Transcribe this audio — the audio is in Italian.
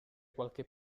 qualche